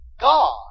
God